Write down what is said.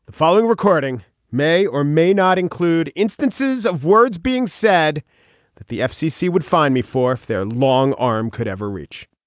following recording may or may not include instances of words being said that the fcc would find me for if their long arm could ever reach